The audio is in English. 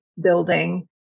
building